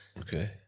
okay